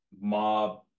mob